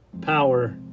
power